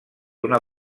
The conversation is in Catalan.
una